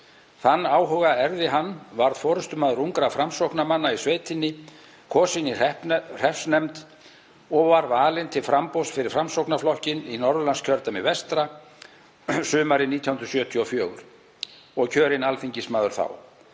Þann áhuga erfði hann, varð forystumaður ungra Framsóknarmanna í sveitinni, kosinn í hreppsnefnd og var valinn til framboðs fyrir Framsóknarflokkinn í Norðurlandskjördæmi vestra sumarið 1974 og kjörinn alþingismaður þá.